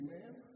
Amen